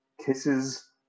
kisses